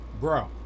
bro